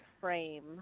frame